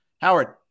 Howard